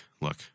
look